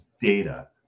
data